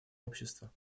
общества